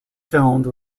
filmed